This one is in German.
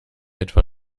etwa